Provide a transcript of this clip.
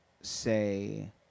say